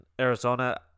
Arizona